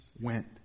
went